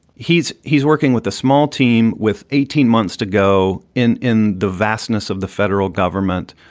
he's he's working with a small team with eighteen months to go in in the vastness of the federal government.